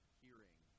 hearing